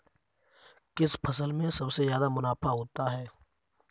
किस फसल में सबसे जादा मुनाफा होता है?